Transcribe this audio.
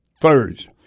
first